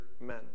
men